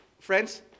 friends